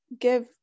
give